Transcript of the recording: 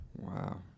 Wow